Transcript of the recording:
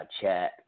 chat